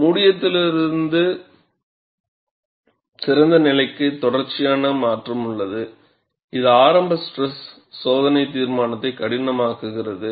மூடியதிலிருந்து திறந்த நிலைக்கு தொடர்ச்சியான மாற்றம் உள்ளது இது ஆரம்ப ஸ்ட்ரெஸ் சோதனை தீர்மானத்தை கடினமாக்குகிறது